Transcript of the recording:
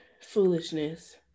Foolishness